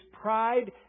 pride